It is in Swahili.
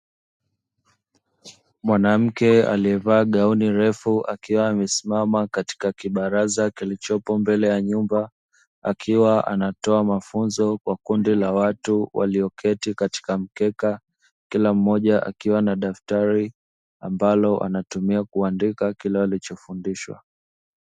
Mwanamke aliye vaa gauni refu akiwa amesimama katika kibaraza kilichopo mbele ya nyumba akiwa anatoa mafunzo kwa kundi la watu walioketi katika mkeka, kila mmoja akiwa na daftari ambalo anatumia kuandika kile walicho fundishwa